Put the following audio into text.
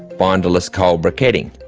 binderless coal briquetting.